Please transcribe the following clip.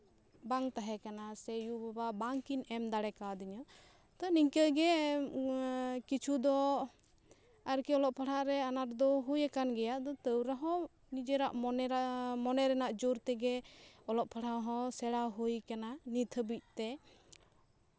ᱵᱟᱝ ᱛᱟᱦᱮᱸ ᱠᱟᱱᱟ ᱥᱮ ᱭᱩ ᱵᱟᱵᱟ ᱵᱟᱝ ᱠᱤᱱ ᱮᱢ ᱫᱟᱲᱮ ᱠᱟᱣ ᱫᱤᱧᱟ ᱛᱚ ᱱᱤᱝᱠᱟᱹ ᱜᱮ ᱠᱤᱪᱷᱩ ᱫᱚ ᱟᱨᱠᱤ ᱚᱞᱚᱜ ᱯᱟᱲᱦᱟᱜ ᱨᱮ ᱟᱱᱟᱴ ᱫᱚ ᱦᱩᱭ ᱟᱠᱟᱱ ᱜᱮᱭᱟ ᱟᱫᱚ ᱛᱟᱹᱣ ᱨᱮᱦᱚᱸ ᱱᱤᱡᱮᱨᱟᱜ ᱢᱚᱱᱮ ᱨᱮᱱᱟᱜ ᱡᱳᱨ ᱛᱮᱜᱮ ᱚᱞᱚᱜ ᱯᱟᱲᱦᱟᱜ ᱦᱚᱸ ᱚᱞᱚᱜ ᱯᱟᱲᱦᱟᱜ ᱥᱮᱬᱟ ᱦᱩᱭ ᱠᱟᱱᱟ ᱱᱤᱛ ᱦᱟᱹᱵᱤᱡ ᱛᱮ